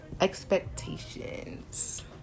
expectations